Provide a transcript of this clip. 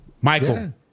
Michael